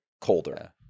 colder